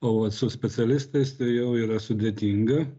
o vat su specialistais tai jau yra sudėtinga